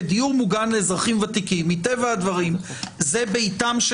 בדיור מוגן לאזרחים ותיקים, מטבע הדברים זה ביתם.